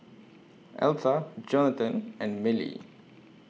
Altha Johnathan and Mellie